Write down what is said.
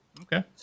Okay